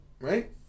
right